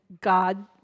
God